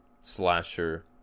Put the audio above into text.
slasher